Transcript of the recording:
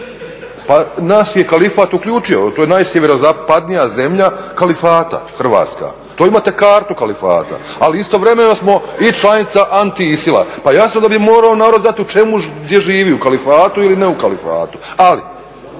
Pa nas je kalifat uključio, to je najsjeverozapadnija zemlja kalifata, Hrvatska. To imate kartu kalifata. Ali istovremeno smo i članica anti ISIL-a. Pa jasno da bi morao narod znati u čemu, gdje živi, u kalifatu ili ne u kalifatu.